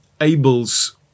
Abel's